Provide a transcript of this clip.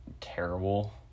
terrible